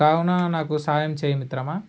కావున నాకు సాయం చేయి మిత్రమా